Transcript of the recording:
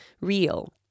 real